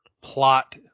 plot